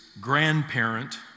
grandparent